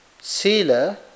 sila